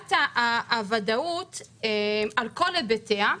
סוגיית הוודאות, על כל היבטיה.